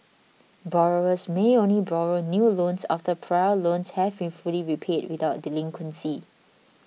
borrowers may only borrow new loans after prior loans have been fully repaid without delinquency